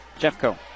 Jeffco